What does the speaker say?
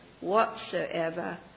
whatsoever